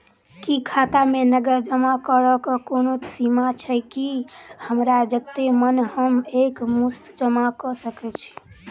की खाता मे नगद जमा करऽ कऽ कोनो सीमा छई, की हमरा जत्ते मन हम एक मुस्त जमा कऽ सकय छी?